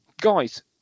guys